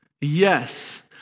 Yes